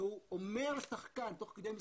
שהוא אומר לשחקן תוך כדי משחק,